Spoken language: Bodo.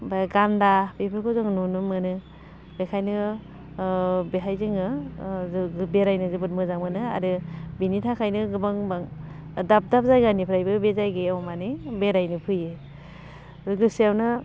आमफाय गान्दा बेफोरखौ जों नुनो मोनो बेखायनो बेहाय जोङो बेरायनो जोबोद मोजां मोनो आरो बेनि थाखायनो गोबां गोबां दाब दाब जायगानिफ्रायबो बे जायगायाव माने बेरायनो फैयो लोगोसे आवनो